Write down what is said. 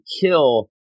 kill